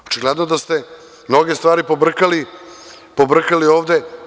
Očigledno je da ste mnoge stvari pobrkali ovde.